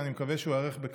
ואני מקווה שהוא ייערך בקרוב.